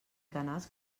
canals